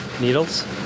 needles